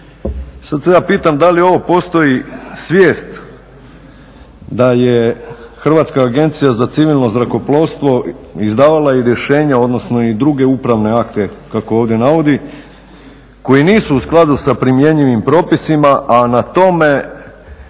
Sada se ja pitam da li ovo postoji svijest da je Hrvatska agencija za civilno zrakoplovstvo izdavala i rješenja odnosno i druge upravne akte kako ovdje navodi koji nisu u skladu sa primjenjivim propisima, a na tome